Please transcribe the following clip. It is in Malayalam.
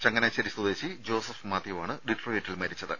ചങ്ങനാശ്ശേരി സ്വദേശി ജോസഫ് മാത്യുവാണ് ഡിട്രോയിറ്റിൽ മരിച്ചത്